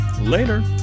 Later